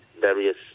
various